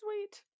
sweet